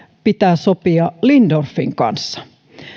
pitää sopia lindorffin kanssa